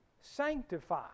sanctify